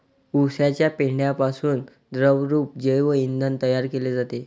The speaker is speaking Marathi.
उसाच्या पेंढ्यापासून द्रवरूप जैव इंधन तयार केले जाते